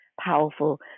powerful